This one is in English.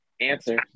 answer